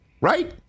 Right